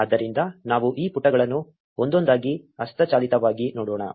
ಆದ್ದರಿಂದ ನಾವು ಈ ಪುಟಗಳನ್ನು ಒಂದೊಂದಾಗಿ ಹಸ್ತಚಾಲಿತವಾಗಿ ನೋಡೋಣ